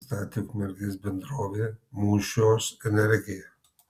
ją pastatė ukmergės bendrovė mūšios energija